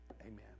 amen